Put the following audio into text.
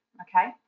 okay